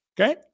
Okay